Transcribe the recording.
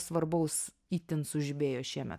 svarbaus itin sužibėjo šiemet